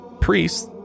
priests